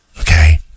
okay